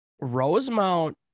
Rosemount